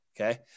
okay